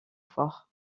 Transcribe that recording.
fort